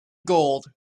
gold